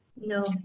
No